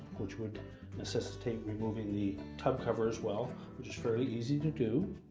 which would necessitate removing the top cover as well, which is fairly easy to do.